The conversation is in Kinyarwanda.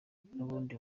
n’ubundi